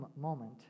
moment